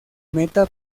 meta